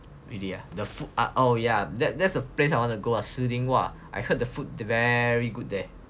really ah the food ah oh yeah that that's the place I wanna go shiling !wah! I heard the food very good there